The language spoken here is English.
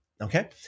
Okay